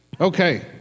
Okay